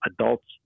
Adults